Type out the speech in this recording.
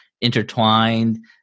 intertwined